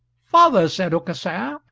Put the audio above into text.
father, said aucassin,